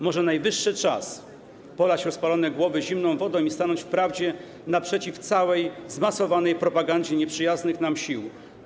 Może najwyższy czas polać rozpalone głowy zimną wodą i stanąć w prawdzie naprzeciw całej, zmasowanej propagandzie nieprzyjaznych nam sił.